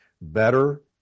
better